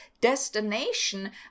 destination